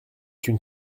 une